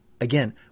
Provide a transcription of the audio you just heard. Again